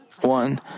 one